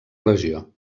regió